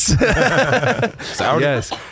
Yes